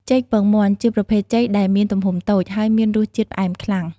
ចេកពងមាន់ ជាប្រភេទចេកដែលមានទំហំតូច ហើយមានរសជាតិផ្អែមខ្លាំង។